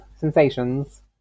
sensations